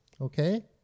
Okay